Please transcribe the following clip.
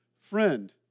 Friend